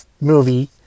movie